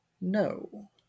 no